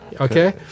Okay